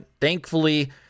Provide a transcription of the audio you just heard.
thankfully